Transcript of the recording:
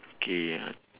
okay